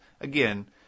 again